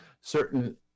certain